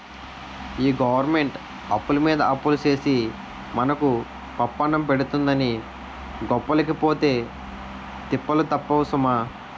ఈ గవరమెంటు అప్పులమీద అప్పులు సేసి మనకు పప్పన్నం పెడతందని గొప్పలకి పోతే తిప్పలు తప్పవు సుమా